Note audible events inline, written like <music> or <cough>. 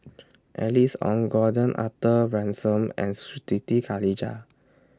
Alice Ong Gordon Arthur Ransome and <noise> Siti Khalijah